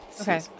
Okay